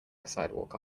sidewalk